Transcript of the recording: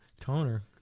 toner